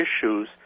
issues